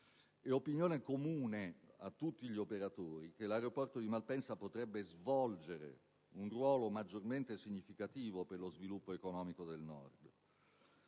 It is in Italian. È opinione comune a tutti gli operatori che l'aeroporto di Malpensa potrebbe svolgere un ruolo maggiormente significativo per lo sviluppo economico del Nord